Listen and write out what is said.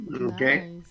okay